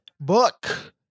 book